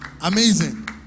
amazing